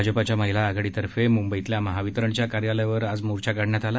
भाजपाच्या महिला आघाडीतर्फे मुंबईतल्या महावितरणच्या कार्यालयावर मोर्चा काढण्यात आला